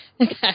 Okay